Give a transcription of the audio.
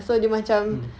mm